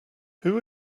who